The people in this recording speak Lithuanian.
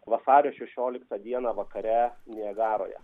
vasario šešioliktą dieną vakare niagaroje